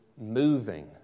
moving